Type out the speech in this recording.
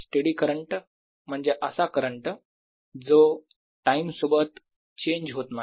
steady current म्हणजे असा current जो टाईम सोबत चेंज होत नाही